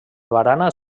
barana